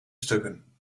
stukken